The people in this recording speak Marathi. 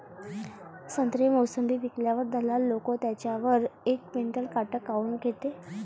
संत्रे, मोसंबी विकल्यावर दलाल लोकं त्याच्यावर एक क्विंटल काट काऊन घेते?